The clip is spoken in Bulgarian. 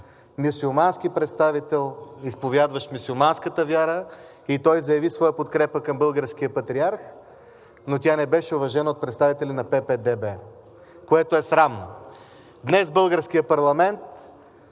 мюсюлмански представител, изповядващ мюсюлманската вяра, и той заяви своята подкрепа към българския патриарх, но тя не беше уважена от представители на ПП-ДБ, което е срамно! Днес българският парламент